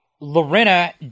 Lorena